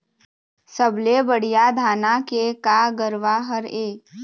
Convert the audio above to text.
सबले बढ़िया धाना के का गरवा हर ये?